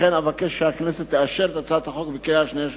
ולכן אבקש כי הכנסת תאשר את הצעת החוק בקריאה